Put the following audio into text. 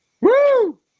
Woo